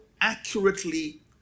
accurately